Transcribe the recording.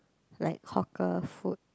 like hawker food